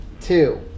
Two